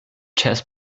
chess